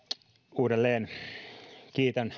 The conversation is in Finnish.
uudelleen kiitän